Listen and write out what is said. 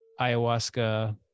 ayahuasca